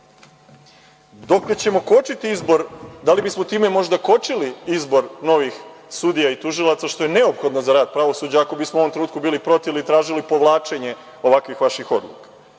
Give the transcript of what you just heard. dokle ćemo kočiti izbor, da li bismo time možda kočili izbor novih sudija i tužilaca, što je neophodno za rad pravosuđa, ako bismo u ovom trenutku bili protiv ili tražili povlačenje vaših ovakvih odluka.